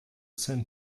sent